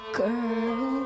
girl